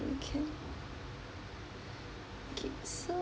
okay okay so